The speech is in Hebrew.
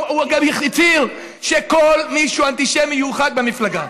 הוא גם הצהיר שכל מי שהוא אנטישמי יורחק מהמפלגה.